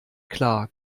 klar